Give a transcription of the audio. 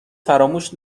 فراموش